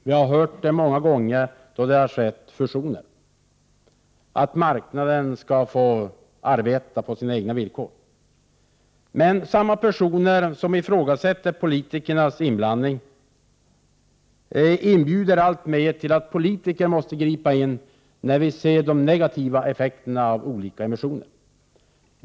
Vi har många gånger då det har skett fusioner hört att marknaden skall få arbeta på sina egna villkor. Men samma personer som ifrågasätter politikernas inblandning inbjuder allt oftare politiker att gripa in när de negativa effekterna av olika emissioner blir tydliga.